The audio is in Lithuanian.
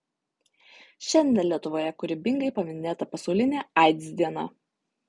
šiandien lietuvoje kūrybingai paminėta pasaulinė aids diena